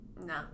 no